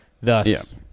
Thus